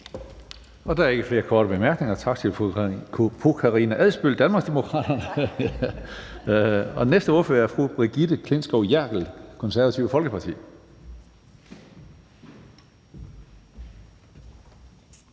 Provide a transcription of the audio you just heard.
Der er ikke flere korte bemærkninger. Tak til fru Karina Adsbøl, Danmarksdemokraterne. Den næste ordfører er fru Brigitte Klintskov Jerkel, Det Konservative Folkeparti.